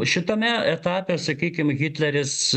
šitame etape sakykim hitleris